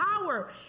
power